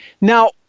Now